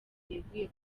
yeguye